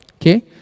Okay